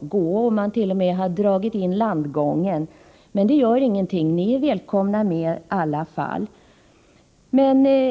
gå och man t.o.m. dragit in landgången. Men det gör ingenting. Ni är välkomna i alla fall.